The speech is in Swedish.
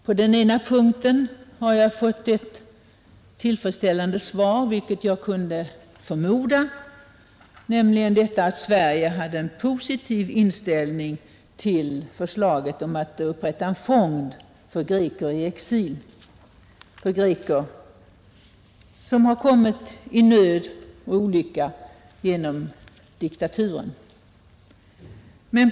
På den ena erhöll jag ett tillfredsställande svar, vilket jag kunde förmoda, nämligen att Sverige har en positiv insfållning till förslaget om att upprätta en fond för greker i exil som har bringats i nöd och olycka genom diktaturen.